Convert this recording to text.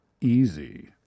easy